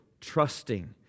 trusting